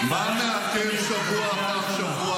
-- מה מעכב שבוע אחר שבוע